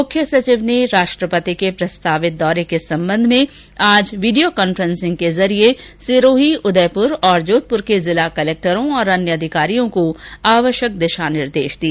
मुख्य सचिव ने राष्ट्रपति के प्रस्तावित दौरे के संबंध में आज वीडियो कांफ्रेसिंग के जरिये सिरोही उदयपुर तथा जोधपुर के जिला कलेक्टर तथा अन्य अधिकारियों को आवश्यक दिशा निर्देश दिए